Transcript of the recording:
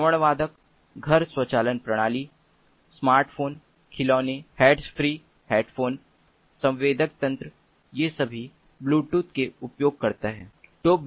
श्रवण वादक घर स्वचालन प्रणाली स्मार्टफोन खिलौने हैंड्स फ्री हेडफोन संवेदक तंत्र ये सभी ब्लूटूथ के उपयोगकर्ता हैं